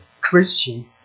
Christian